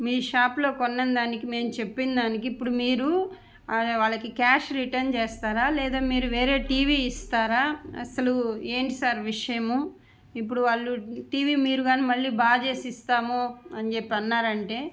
మీ షాపులో కొనిన దానికి మేము చెప్పిన దానికి ఇప్పుడు మీరు వాళ్ళకి క్యాష్ రిటర్న్ చేస్తారా లేదా మీరు వేరే టీవీ ఇస్తారా అసలు ఏంటి సార్ విషయము ఇప్పుడు వాళ్ళు టీవీ మీరు కానీ మళ్ళీ బాగు చేసి ఇస్తాము అని చెప్పి అన్నారంటే